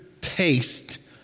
taste